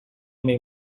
may